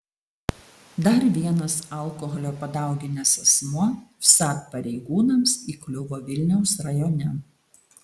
dar vienas alkoholio padauginęs asmuo vsat pareigūnams įkliuvo vilniaus rajone